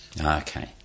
okay